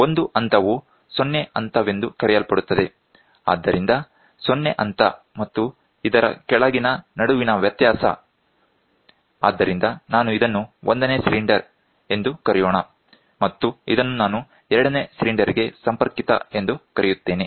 ಒಂದು ಹಂತವು 0 ಹಂತವೆಂದು ಕರೆಯಲ್ಪಡುತ್ತದೆ ಆದ್ದರಿಂದ 0 ಹಂತ ಮತ್ತು ಇದರ ಕೆಳಗಿನ ನಡುವಿನ ವ್ಯತ್ಯಾಸ ಆದ್ದರಿಂದ ನಾನು ಇದನ್ನು ಒಂದನೇ ಸಿಲಿಂಡರ್ ಎಂದು ಕರೆಯೋಣ ಮತ್ತು ಇದನ್ನು ನಾನು 2ನೇ ಸಿಲಿಂಡರ್ ಗೆ ಸಂಪರ್ಕಿತ ಎಂದು ಕರೆಯುತ್ತೇನೆ